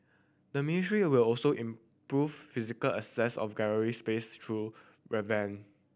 the ministry will also improve physical access of gallery space through revamp